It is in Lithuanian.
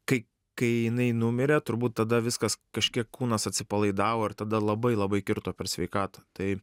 kai kai jinai numirė turbūt tada viskas kažkiek kūnas atsipalaidavo ir tada labai labai kirto per sveikatą tai